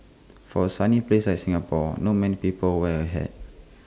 for A sunny place like Singapore not many people wear A hat